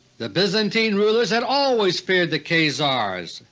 the byzantine rulers had always feared the khazars,